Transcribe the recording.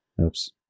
Oops